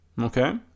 okay